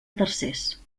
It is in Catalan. tercers